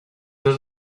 his